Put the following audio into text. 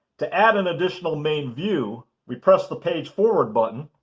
to add an additional main view, we press the page forward button,